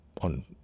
on